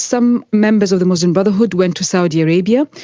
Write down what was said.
some members of the muslim brotherhood went to saudi arabia,